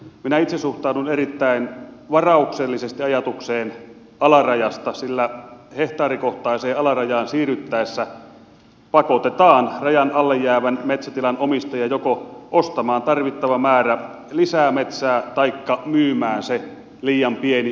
minä itse suhtaudun erittäin varauksellisesti ajatukseen alarajasta sillä hehtaarikohtaiseen alarajaan siirryttäessä pakotetaan rajan alle jäävän metsätilan omistaja joko ostamaan tarvittava määrä lisää metsää taikka myymään se liian pieni metsätilansa